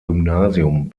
gymnasium